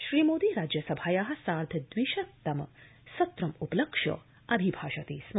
श्रीमोदी राज्यसभाया सार्द्धद्विशत सत्रम्पलक्ष्य अभिभाषते स्म